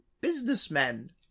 businessmen